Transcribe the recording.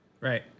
Right